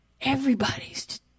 Everybody's